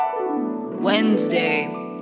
Wednesday